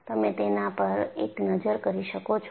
તમે તેના પર એક નજર કરી શકો છો